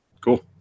Cool